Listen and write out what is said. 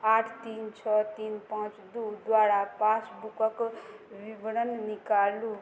आठ तीन छओ तीन पाँच दू द्वारा पासबुकक विवरण निकालू